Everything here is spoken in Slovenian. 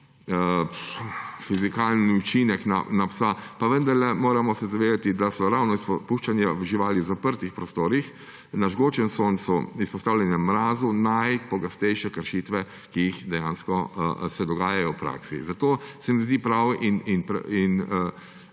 fizikalen učinek na psa, pa vendarle moramo se zavedati, da so ravno puščanja živali v zaprtih prostorih na žgočem soncu, izpostavljanje mrazu najpogostejše kršitve, ki se dogajajo v praksi. Zato se mi zdi prav,